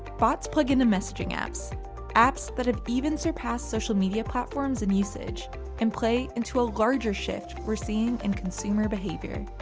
bots plug into messaging apps apps that have even surpassed social media platforms in usage and play into a larger shift we're seeing in consumer behavior.